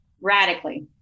Radically